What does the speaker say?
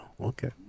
Okay